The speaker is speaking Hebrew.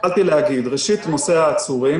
התחלתי להגיד: ראשית, נושא העצורים.